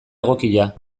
egokia